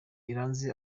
iranzi